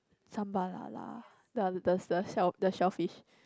sambal la-la the the the the shellfish